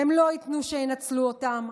הם לא ייתנו שינצלו אותם.